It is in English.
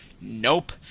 Nope